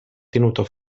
tenuto